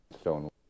stone